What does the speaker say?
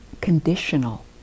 conditional